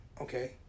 Okay